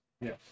Yes